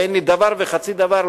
ואין לי דבר וחצי דבר,